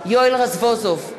יואל רזבוזוב,